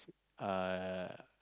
uh